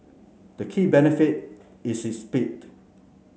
the key benefit is its speed